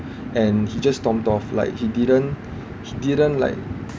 and he just stormed off like he didn't he didn't like